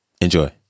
Enjoy